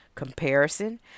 comparison